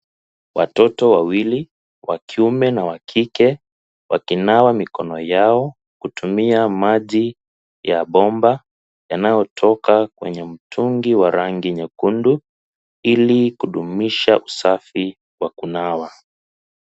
Watoto wawili wa kiume na wa kike wakinawa mikono yao kutumia maji ya bomba yanayotoka kwenye mtungi wa rangi nyekundu ili kudumisha usafi kwa kunawa.